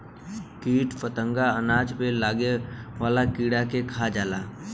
कीट फतंगा अनाज पे लागे वाला कीड़ा के खा जाला